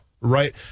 right